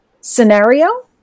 scenario